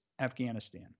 Afghanistan